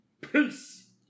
Peace